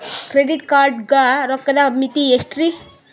Credit card ಗ ರೋಕ್ಕದ್ ಮಿತಿ ಎಷ್ಟ್ರಿ?